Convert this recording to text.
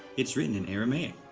it's written in aramaic.